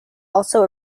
also